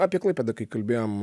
apie klaipėdą kai kalbėjom